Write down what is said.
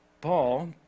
Paul